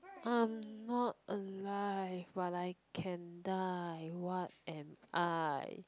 I am not alive but I can die what am I